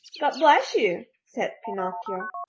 god bless you! said pinocchio.